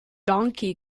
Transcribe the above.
donkey